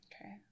Okay